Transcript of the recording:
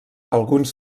alguns